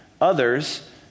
Others